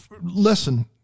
Listen